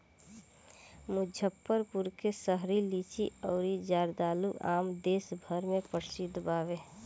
मुजफ्फरपुर के शाही लीची अउरी जर्दालू आम देस भर में प्रसिद्ध बावे